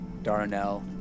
Darnell